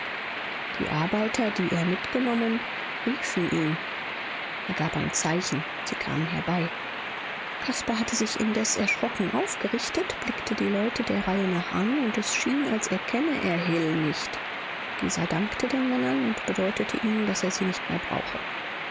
die arbeiter die er mitgenommen riefen ihm er gab ein zeichen sie kamen herbei caspar hatte sich indes erschrocken aufgerichtet blickte die leute der reihe nach an und es schien als erkenne er hill nicht dieser dankte den männern und bedeutete ihnen daß er sie nicht mehr brauche